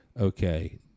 okay